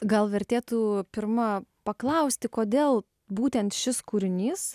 gal vertėtų pirma paklausti kodėl būtent šis kūrinys